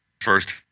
first